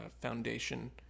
foundation